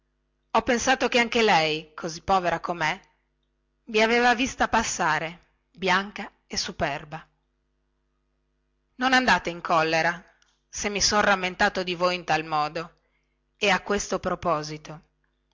ho pensato che anche lei così povera comè vi aveva vista passare bianca e superba non andate in collera se mi son rammentato di voi in tal modo a questo proposito